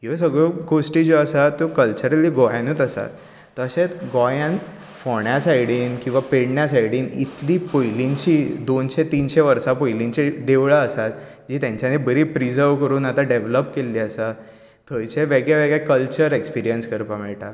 ह्यो सगल्यो गोश्टी ज्यो आसात त्यो कल्चरली गोंयानूच आसात तशेंच गोयांत फोंड्या सायडीन किंवां पेडण्यां सायडीन इतली पयलींची दोनशीं तीनशीं वर्सां पयलींची देवळां आसात जी तेंच्यानी बरी प्रिजर्व करून आतां डेवलॉप केल्लीं आसात थंयचे वेगळे वेगळे कल्चर एक्सप्रीयन्स करपाक मेळटात